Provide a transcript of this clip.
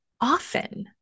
often